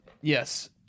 Yes